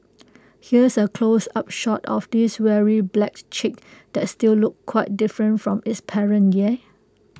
here's A close up shot of this weary black chick that still looked quite different from its parent yeah